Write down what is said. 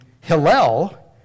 Hillel